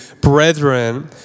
brethren